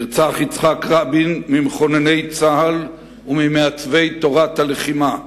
נרצח יצחק רבין ממכונני צה"ל וממעצבי תורת הלחימה,